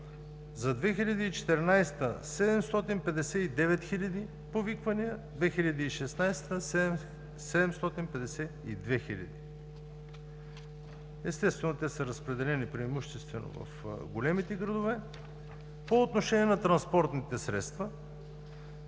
За 2014 г. – 759 хил. повиквания; 2016 г. – 752 хиляди. Естествено, те са разпределени преимуществено в големите градове. По отношение на транспортните средства: